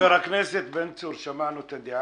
חבר הכנסת בן צור, שמענו את הדעה.